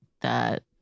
that-